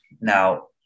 now